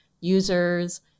users